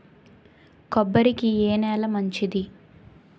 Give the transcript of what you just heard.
కొబ్బరి కి ఏ నేల మంచిది?